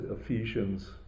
Ephesians